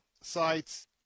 sites